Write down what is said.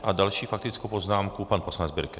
A další faktickou poznámku pan poslanec Birke.